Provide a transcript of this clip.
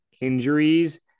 injuries